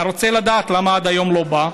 אני רוצה לדעת למה עד היום זה לא בא.